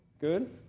Good